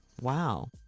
Wow